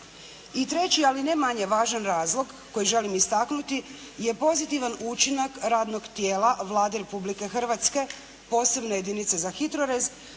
I treći, ali ne manje važan razlog koji želim istaknuti je pozitivan učinak radnog tijela Vlade Republike Hrvatske, posebne jedinice za HITRORez